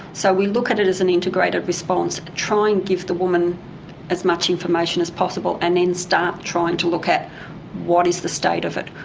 so we look at it as an integrative response, try and give the woman as much information as possible and then start trying to look at what is the state of it.